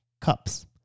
cups